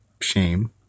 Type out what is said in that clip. shame